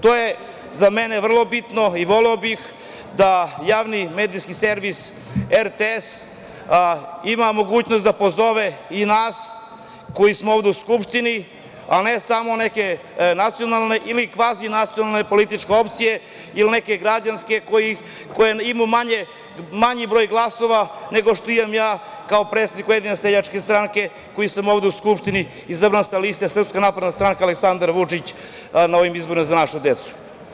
To je za mene vrlo bitno i voleo bih Javni medijski servis RTS ima mogućnost da pozove i nas koji smo ovde u Skupštini, a ne samo neke nacionalne ili kvazinacionalne političke opcije ili neke građanske koje imaju manji broj glasova nego što imam ja kao predsednik Ujedinjene seljačke stranke koji sam ovde u Skupštini izabran sa liste SNS Aleksandar Vučić – Za našu decu.